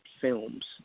films